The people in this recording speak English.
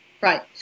Right